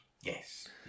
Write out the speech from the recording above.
Yes